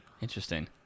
Interesting